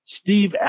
Steve